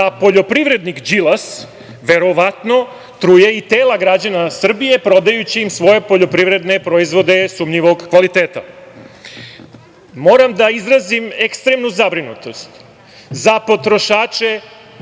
poljoprivrednik Đilas verovatno truje i tela građana Srbije prodajući im svoje poljoprivredne proizvode sumnjivog kvaliteta. Moram da izrazim ekstremnu zabrinutost za potrošače